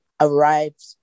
arrived